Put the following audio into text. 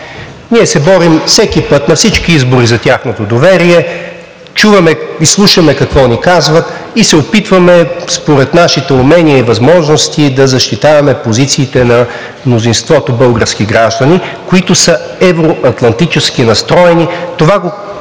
Ние се борим всеки път и на всички избори за тяхното доверие, чуваме и слушаме какво ни казват и се опитваме според нашите умения и възможности да защитаваме позициите на мнозинството български граждани, които са евро-атлантически настроени. Това го